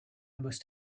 must